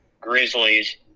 Grizzlies